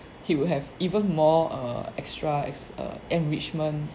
he will have even more err extra as err enrichment